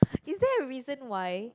is there a reason why